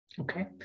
Okay